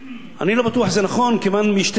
אני לא בטוח שזה נכון משתי סיבות.